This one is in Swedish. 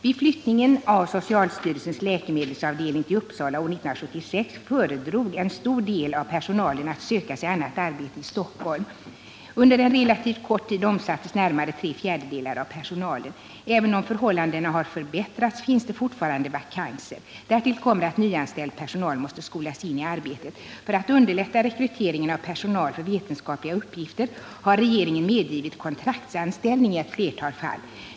Vid flyttningen av socialstyrelsens läkemedelsavdelning till Uppsala år 1976 föredrog en stor del av personalen att söka sig annat arbete i Stockholm. Under en relativt kort tid omsattes närmare tre fjärdedelar av personalen. Även om förhållandena har förbättrats finns det fortfarande vakanser. Därtill ? kommer att nyanställd personal måste skolas in i arbetet. För att underlätta rekryteringen av personal för vetenskapliga uppgifter har regeringen medgivit kontraktsanställning i ett flertal fall.